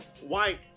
white